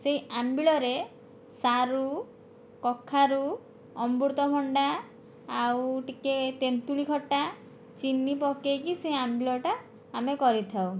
ସେଇ ଆମ୍ବିଳରେ ସାରୁ କଖାରୁ ଅମୃତଭଣ୍ଡା ଆଉ ଟିକେ ତେନ୍ତୁଳୀ ଖଟା ଚିନି ପକେଇକି ସେ ଆମ୍ବିଳଟା ଆମେ କରିଥାଉ